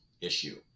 issue